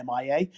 MIA